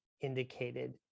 indicated